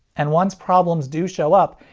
and once problems do show up,